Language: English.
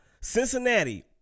Cincinnati